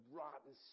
rotten